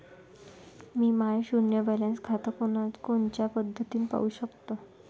मी माय शुन्य बॅलन्स खातं कोनच्या पद्धतीनं पाहू शकतो?